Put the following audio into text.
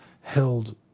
held